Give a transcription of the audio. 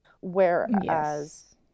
whereas